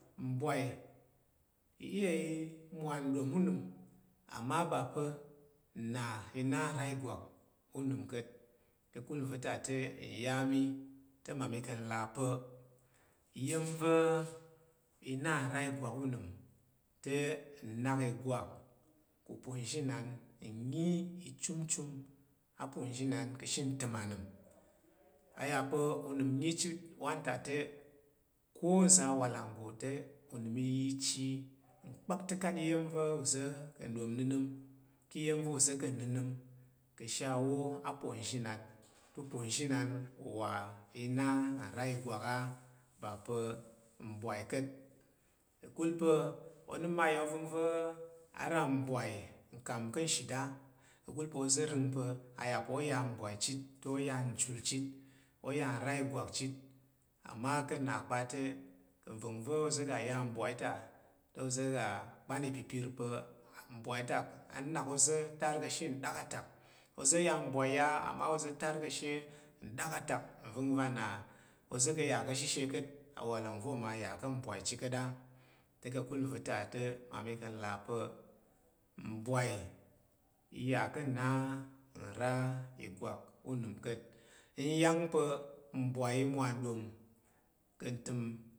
Mbwai i- iya imwa nɗom unəm ama ɓa pa̱ i na nra ìgwak unəm ka̱t ka̱kul nva̱ ta te nya mi te mmami le mmami ka̱ là pa̱ iya̱m va̱ i na nra igwak unəm te unak igwak ku ponthinam nyi ichenme chum a pouthinum keshi utim anim a ya pa̱ unəm nyi chit wantate ko uza̱ wa ka aga te unəm iyi chit n pak ticat iya̱m va̱ oza̱ kang ɗon n nəm ka̱she awo apouthinan to porthinan wa na nra ìgwak a bapa mbwai ka̱t ka̱kul pa̱ onəm mma ya ovəngva̱ aram mbwai uka̱m kashida ka̱kul pa̱ oza̱ rəng pa̱ a ya pa̱ oya mbwai chitto oya njulchit oya ra igwak chit ama kana pate nvəngva̱ oza̱ ga ya mbwai ta te oza̱ ga ban i pipin pa nbwai ta onak ozo tar keshi ndakatak ozo ya ubwai ya ama oza̱ har ka̱ ashe ndakatak nvəngva̱ na oza̱ ya ka̱ shishe ka̱t awalang vo ona ya ka̱ mbwai chit ka̱t a te ka̱ ku nva̱ta te mmami ka̱ là pa̱ mbwai iya ka̱ na ira ìgwak onəm ka̱t nyan pa̱ mbwai i mwa ɗom ka̱ ntəm.